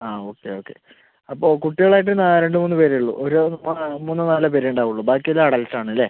ആ okay okay അപ്പം കുട്ടികളായിട്ട് രണ്ട് മൂന്ന് പേരേ ഉള്ളൂ ഒരു ആ മൂന്നോ നാലോ പേരേ ഉണ്ടാവുള്ളൂ ബാക്കി എല്ലാം അഡൾട്ട് ആണല്ലേ